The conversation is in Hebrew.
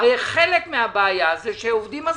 הרי חלק מהבעיה, שעובדים עזבו.